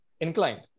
inclined